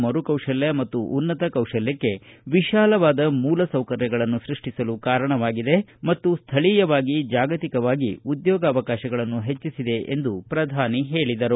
ಮರು ಕೌಶಲ್ವ ಮತ್ತು ಉನ್ನತ ಕೌಶಲ್ಯಕ್ಷೆ ವಿಶಾಲವಾದ ಮೂಲಸೌಕರ್ಯಗಳನ್ನು ಸೃಷ್ಟಿಸಲು ಕಾರಣವಾಗಿದೆ ಮತ್ತು ಸ್ಥಳೀಯವಾಗಿ ಮತ್ತು ಜಾಗತಿಕವಾಗಿ ಉದ್ದೋಗಾವಕಾಶಗಳನ್ನು ಹೆಚ್ಚಿಸಿದೆ ಎಂದು ಪ್ರಧಾನಿ ಹೇಳಿದರು